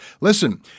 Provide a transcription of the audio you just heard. Listen